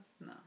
No